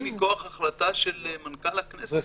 מכוח החלטה של מנכ"ל הכנסת.